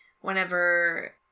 whenever